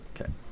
Okay